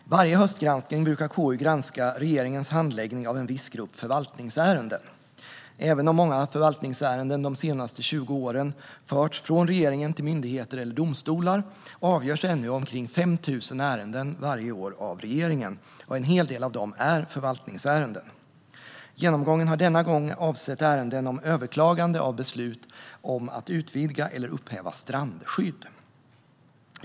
Vid varje höstgranskning brukar KU granska regeringens handläggning av en viss grupp förvaltningsärenden. Även om många förvaltningsärenden de senaste 20 åren har förts från regeringen till myndigheter eller domstolar avgörs ännu omkring 5 000 ärenden varje år av regeringen, och en hel del av dem är förvaltningsärenden. Genomgången har denna gång avsett ärenden om överklagande av beslut om att utvidga eller upphäva strandskydd.